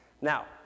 Now